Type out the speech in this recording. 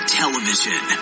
television